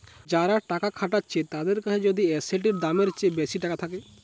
যারা টাকা খাটাচ্ছে তাদের কাছে যদি এসেটের দামের চেয়ে বেশি টাকা থাকে